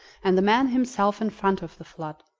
and the man himself in front of the flood.